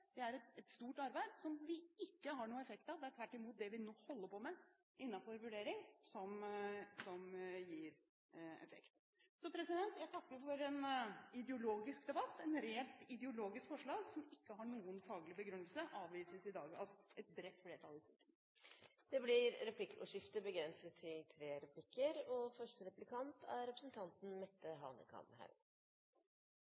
Det er et stort arbeid som vi ikke har noen effekt av. Det er tvert imot det vi nå holder på med innenfor vurdering, som gir effekt. Jeg takker for en ideologisk debatt. Et rent ideologisk forslag, som ikke har noen faglig begrunnelse, avvises i dag av et bredt flertall i Stortinget. Det blir replikkordskifte. Statsråden pekte på at OECD mener at tallkarakterer alene ikke er